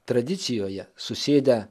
tradicijoje susėdę